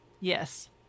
Yes